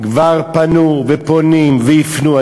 כבר פנו, ופונים, ויפנו.